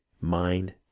mind